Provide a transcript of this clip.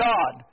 God